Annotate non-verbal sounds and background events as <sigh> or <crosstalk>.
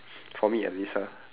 <noise> for me at least ah